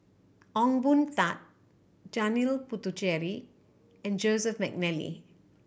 Ong Boon Tat Janil Puthucheary and Joseph McNally